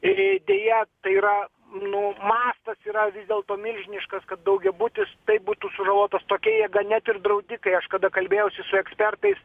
ir deja tai yra nu mastas yra vis dėlto milžiniškas kad daugiabutis taip būtų sužalotas tokiai jėga net ir draudikai aš kada kalbėjausi su ekspertais